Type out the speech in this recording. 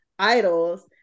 Idols